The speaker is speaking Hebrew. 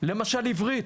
למשל עברית,